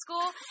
school